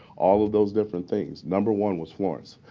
all of those different things. number one was florence.